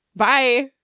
bye